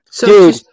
dude